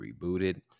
rebooted